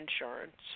insurance